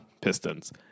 Pistons